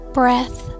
breath